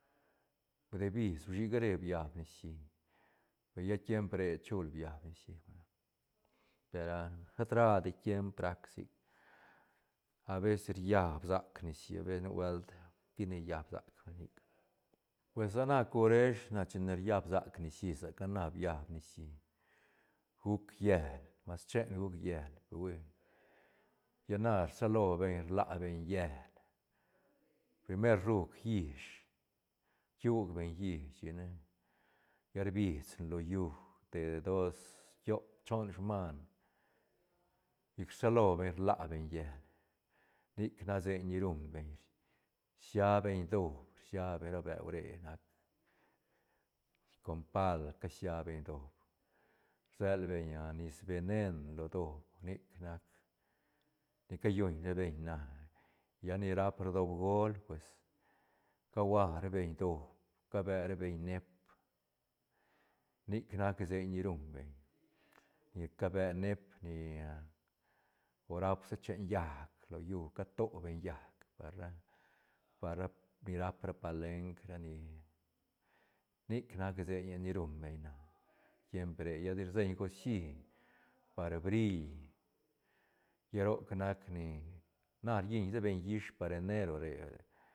Bide bis uishi gare biab nicií pe lla tiemp re chul biab nicií per ah shet radi tiemp rac sic habeces riab sac nicií habeces nubuelt ti ne llab sac nic na pues sa na coresh na chin riab sac nicií saca na biab nicií guc llel mas chen guc llel pe hui lla na rsalo beñ rla beñ llel primer ruj llish rquiuj beñ llish chic ne lla rbis ne lo llú te dos tiop choon sman chic rsalo beñ rla beñ llel nic nac seiñ ni ruñ beñ chic rsia beñ doob rsia beñ ra beu nac ne com pal casia beñ doob rbel beñ a nis venen lo doob nic nac ni calluñ ra beñ na lla ni rap ra doob gol pues cahua ra beñ doob cabe ra beñ neep nic nac seiñ ni ruñ beñ ni cabe neep ni a o rap sa chen llaác lo llú ca to beñ llaäc par ra pa ra ni rab ra palenk ra ni nic nac señe nu run beñ na tiemp ra lla de iseñ gucií par bril lla roc nac ni, na rlliñ sa beñ llish par enero re.